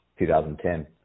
2010